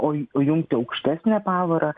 o įjungti aukštesnę pavarą